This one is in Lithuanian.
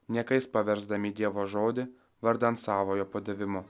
niekais paversdami dievo žodį vardan savojo padavimo